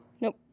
Nope